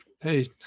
hey